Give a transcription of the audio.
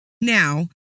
Now